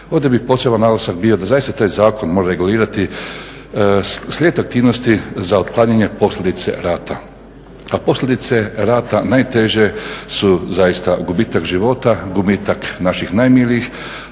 Ovdje bi poseban naglasak bio da zaista taj zakon mora regulirati slijed aktivnosti za otklanjanje posljedice rata, a posljedice rata najteže su, zaista, gubitak života, gubitak naših najmilijih,